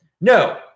No